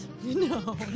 No